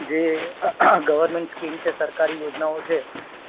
જે government scheme છે સરકારી યોજનાઓ છે